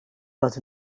but